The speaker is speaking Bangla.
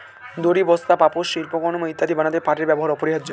দড়ি, বস্তা, পাপোশ, শিল্পকর্ম ইত্যাদি বানাতে পাটের ব্যবহার অপরিহার্য